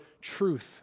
truth